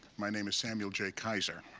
my name is samuel jay keyser.